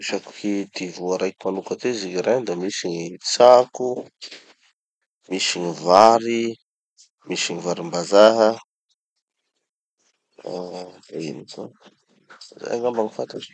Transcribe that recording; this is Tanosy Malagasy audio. No resaky ty voa raiky manoka ty izy gny grains da misy gny tsako, misy gny vary, misy gny varim-bazaha, ah ino zany. Zay angamba gny fantako.